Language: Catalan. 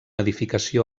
edificació